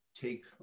take